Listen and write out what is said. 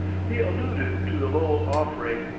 he alluded to the lowell offering,